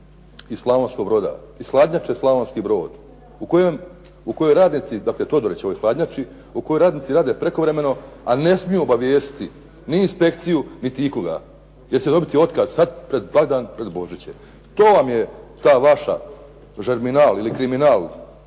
iz Slavonskog Broda, iz Hladnjače Slavonski Brod u kojoj radnici, dakle Todorićevoj hladnjači, u kojoj radnici rade prekovremeno a ne smiju obavijestiti ni inspekciju ni ikoga jer će dobiti otkaz sad pred blagdan, pred Božić. To vam je taj vama "žerminal" ili kriminal